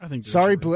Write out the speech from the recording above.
Sorry